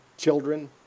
children